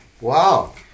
Wow